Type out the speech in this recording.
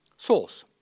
source.